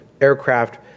aircraft